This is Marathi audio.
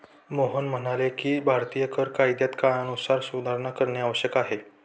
मोहन म्हणाले की भारतीय कर कायद्यात काळानुरूप सुधारणा करणे आवश्यक आहे